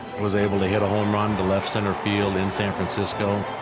was able to hit a home run, to left-center field in san francisco,